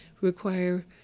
require